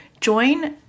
join